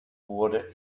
wurde